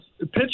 pitch